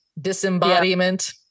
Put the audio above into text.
disembodiment